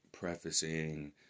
prefacing